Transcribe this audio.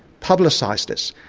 publicised this.